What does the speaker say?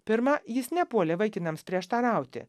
pirma jis nepuolė vaikinams prieštarauti